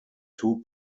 two